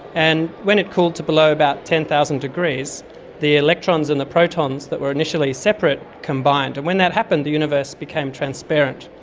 and when it cooled to below about ten thousand degrees the electrons and the protons that were initially separate combined, and when that happened the universe became transparent,